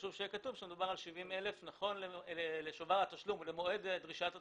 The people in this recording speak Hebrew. חשוב שיהיה שמדובר על 70,000 נכון לשובר התשלום או למועד דרישת התשלום.